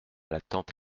l’attente